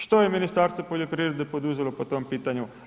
Što je Ministarstvo poljoprivrede poduzelo po tom pitanju?